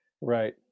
right